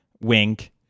Wink